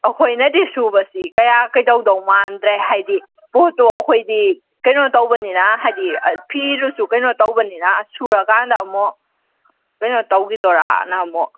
ꯑꯩꯈꯣꯏꯅꯗꯤ ꯁꯨꯕꯁꯤ ꯀꯌꯥ ꯀꯥꯗꯧꯗꯧ ꯃꯥꯟꯗ꯭ꯔꯦ ꯍꯥꯏꯗꯤ ꯄꯣꯠꯇꯣ ꯑꯩꯈꯣꯏꯗꯤ ꯀꯩꯅꯣ ꯇꯧꯕꯅꯤꯅ ꯍꯥꯏꯗꯤ ꯐꯤꯗꯨꯁꯨ ꯀꯩꯅꯣ ꯇꯧꯕꯅꯤꯅ ꯁꯨꯔꯀꯥꯟꯗ ꯑꯃꯨꯛ ꯀꯩꯅꯣ ꯇꯧꯈꯤꯗꯣꯏꯔꯥ ꯑꯅ ꯑꯃꯨꯛ